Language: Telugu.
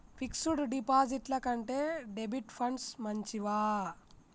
ఫిక్స్ డ్ డిపాజిట్ల కంటే డెబిట్ ఫండ్స్ మంచివా?